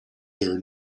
their